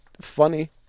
funny